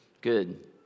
Good